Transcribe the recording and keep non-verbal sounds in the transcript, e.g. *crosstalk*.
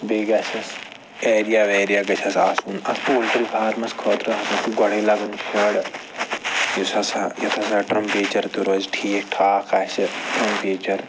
بیٚیہِ گَژھٮ۪س ایریا ویریا گَژھٮ۪س آسُن اتھ پولٹرٛی فارمَس خٲطرٕ *unintelligible* گۄڈَے لَگُن شَڈ یُس ہَسا یتھ ہَسا ٹرٛٮ۪مپریچر تہِ روزِ ٹھیٖک ٹھاک آسہِ ٹیٚمپریچر